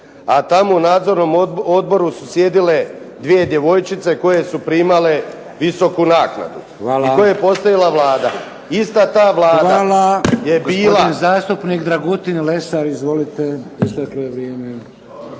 A tamo u nadzornom odboru su sjedile dvije djevojčice koje su primale visoku naknadu i to je postavila Vlada. Ista ta Vlada je bila. **Šeks, Vladimir (HDZ)** Hvala. Gospodin zastupnik Dragutin Lesar. Izvolite.